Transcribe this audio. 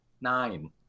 nine